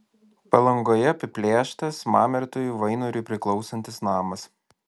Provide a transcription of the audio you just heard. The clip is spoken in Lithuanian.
palangoje apiplėštas mamertui vainoriui priklausantis namas